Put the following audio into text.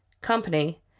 Company